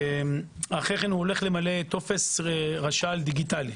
אחר כך הולך למלא טופס רש"ל דיגיטלי.